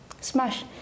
smash